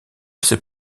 sais